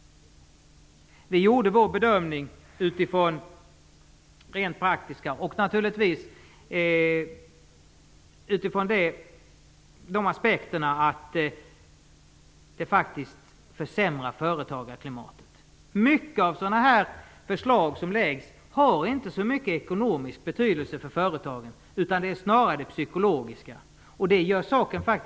Vi gjorde vår bedömning utifrån rent praktiska aspekter och naturligtvis med tanke på vad som faktiskt skulle försämra företagarklimatet. Många av de förslag som läggs fram har inte så stor ekonomisk betydelse för företagen, utan de har snarare en psykologisk betydelse. Det gör saken ännu värre.